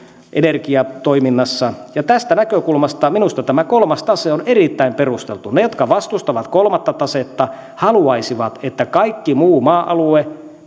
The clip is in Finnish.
energiatoiminnassa ja tästä näkökulmasta minusta tämä kolmas tase on erittäin perusteltu ne jotka vastustavat kolmatta tasetta haluaisivat että kaikki muu maa alue